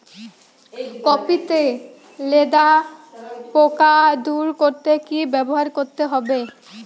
Copy তে লেদা পোকা দূর করতে কি ব্যবহার করতে হবে?